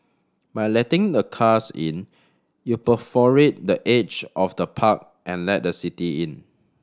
by letting the cars in you perforate the edge of the park and let the city in